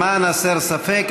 למען הסר ספק,